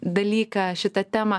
dalyką šitą temą